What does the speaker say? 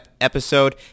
episode